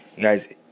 Guys